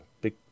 big